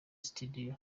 studio